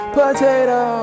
potato